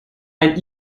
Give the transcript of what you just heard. ein